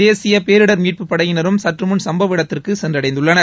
தேசிய பேரிடர் மீட்புப் படையினரும் சற்றுமுன் சம்பவ இடத்திற்கு சென்றடைந்துள்ளனர்